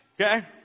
okay